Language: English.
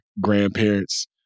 grandparents